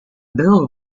bill